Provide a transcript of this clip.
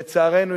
לצערנו,